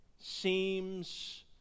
seems